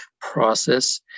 process